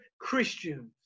Christians